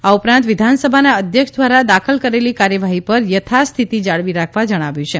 આ ઉપરાંત વિધાનસભાના અધ્યક્ષ દ્વારા દાખલ કરેલી કાર્યવાહી પર યથા સ્થિતિ જાળવી રાખવા જણાવ્યું છે